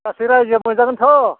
गासै रायजोआ मोनजागोनथ